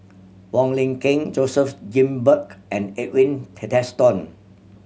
Wong Lin Ken Joseph Grimberg and Edwin Tessensohn